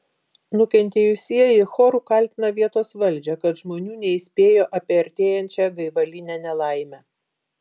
nukentėjusieji choru kaltina vietos valdžią kad žmonių neįspėjo apie artėjančią gaivalinę nelaimę